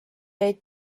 jäid